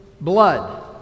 blood